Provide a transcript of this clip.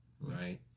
right